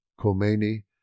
Khomeini